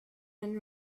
and